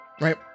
right